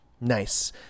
Nice